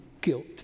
guilt